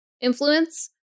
influence